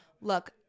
Look